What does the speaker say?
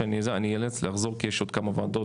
אני אאלץ ללכת ולחזור כי יש עוד כמה ועדות,